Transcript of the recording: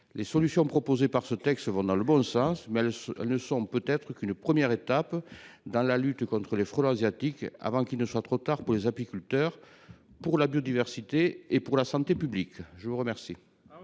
les solutions proposées dans ce texte vont dans le bon sens, elles ne peuvent constituer qu’une première étape dans la lutte contre les frelons asiatiques. Il faut agir avant qu’il ne soit trop tard pour les apiculteurs, pour la biodiversité et pour la santé publique. L’amendement